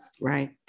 Right